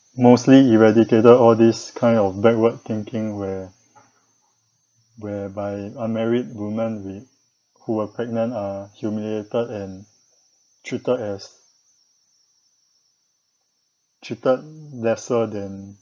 mostly eradicated all this kind of backward thinking where whereby unmarried women with who are pregnant are humiliated and treated as treated lesser than